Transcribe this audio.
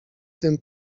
tym